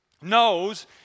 knows